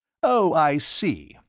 oh, i see.